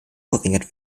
verringert